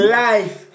life